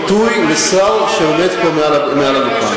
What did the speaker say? ביטוי לשר שעומד פה על הדוכן.